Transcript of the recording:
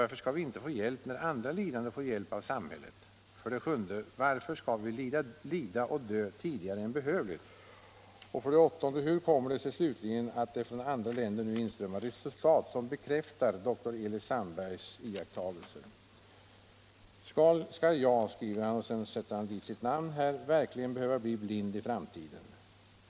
Varför skall vi inte få hjälp när andra lidande får hjälp av samhället? 7. Varför skall vi lida och dö tidigare än behövligt? 8. Hur kommer det sig slutligen att det från andra länder nu inströmmar resultat som bekräftar doktor Sandbergs iakttagelser?” I ett PS skriver den här mannen: ”Skall jag” — här skriver han sitt namn -— ”verkligen behöva bli blind i framtiden?